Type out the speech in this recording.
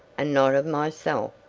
and not of myself,